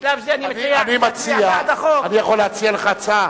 בשלב זה אני מציע, אני יכול להציע לך הצעה?